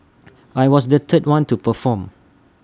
I was the third one to perform